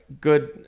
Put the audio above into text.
good